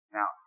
Now